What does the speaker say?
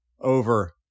over